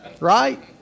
right